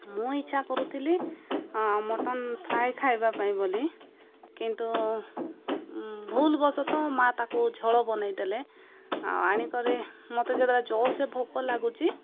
ମୁଁ ଇଚ୍ଛା କରୁଥିଲି ମଟନ ଫ୍ରାଏ ଖାଇବା ପାଇଁ ବୋଲି କିନ୍ତୁ ଭୁଲ୍ ବଶତଃ ମା' ତାକୁ ଝୋଳ ବନେଇଦେଲେ ଆଉ ଆଣିକରି ମୋତେ ଯେତେବେଳେ ଜୋରସେ ଭୋକ ଲାଗୁଛି